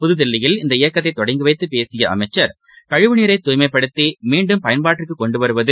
புதுதில்லியில் இந்த இயக்கத்தைதொடங்கிவைத்தபேசியஅமைச்சர் கழிவுநீரை தூய்மைப்படுத்திமீண்டும் பயன்பாட்டிற்குகொண்டுவருவது